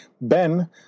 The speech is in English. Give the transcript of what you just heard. Ben